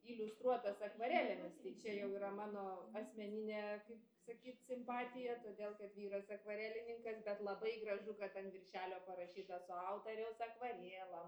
iliustruotas akvarelėmis tai čia jau yra mano asmeninė kaip sakyt simpatija todėl kad vyras akvarelininkas bet labai gražu kad an viršelio parašyta su autoriaus akvarėlam